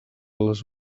les